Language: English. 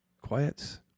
quiets